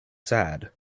sad